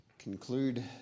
conclude